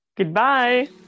Goodbye